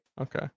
Okay